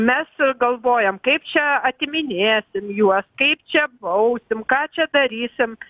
mes galvojam kaip čia atiminėsim juos kaip čia bausim ką čia darysim